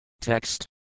Text